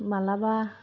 मालाबा